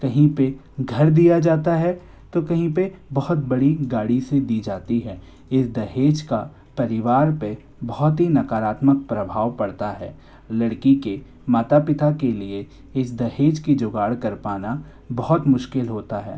कहीं पे घर दिया जाता तो कहीं पे बहुत बड़ी गाड़ी सी दी जाती है इस दहेज का परिवार पे बहुत ही नकारात्मक प्रभाव पड़ता है लड़की के माता पिता के लिए इस दहेज की जुगाड़ कर पाना बहुत मुश्किल होता है